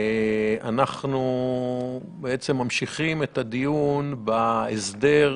אנחנו בעצם ממשיכים את הדיון בהסדר,